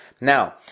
Now